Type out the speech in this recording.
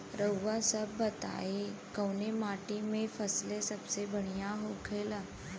रउआ सभ बताई कवने माटी में फसले सबसे बढ़ियां होखेला?